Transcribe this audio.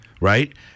right